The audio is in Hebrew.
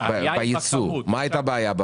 בייצוא אז מה הייתה הבעיה?